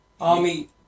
Army